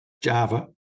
Java